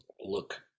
look